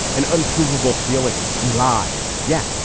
an unprovable feelings and lies. yeah.